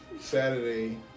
Saturday